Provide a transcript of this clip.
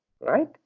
Right